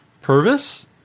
Purvis